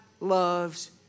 loves